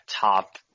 top